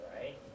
right